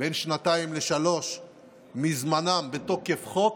בין שנתיים לשלוש מזמנם מתוקף חוק.